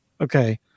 Okay